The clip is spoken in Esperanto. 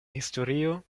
historio